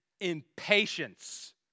impatience